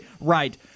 Right